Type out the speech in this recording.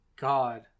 god